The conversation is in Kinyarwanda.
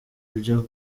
byo